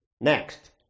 next